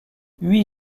huit